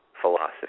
Philosophy